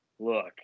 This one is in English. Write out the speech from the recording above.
Look